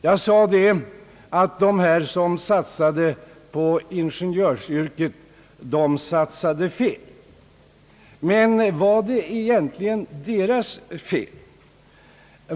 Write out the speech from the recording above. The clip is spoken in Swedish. Jag sade att de som satsade på ingenjörsyrket satsade fel. Men var det egentligen deras fel?